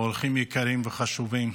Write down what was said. אורחים יקרים וחשובים,